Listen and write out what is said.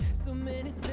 so many